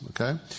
okay